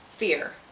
Fear